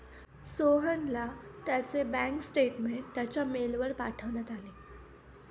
सोहनला त्याचे bank statement त्याच्या मेलवर पाठवण्यात आले